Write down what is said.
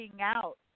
out